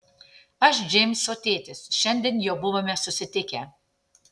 aš džeimso tėtis šiandien jau buvome susitikę